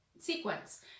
sequence